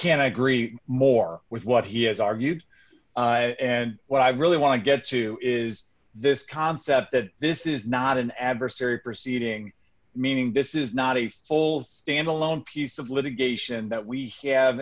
can agree more with what he has argued and what i really want to get to is this concept that this is not an adversary proceeding meaning this is not a full standalone piece of litigation that we have